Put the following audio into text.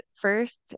First